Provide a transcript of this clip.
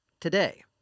today